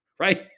right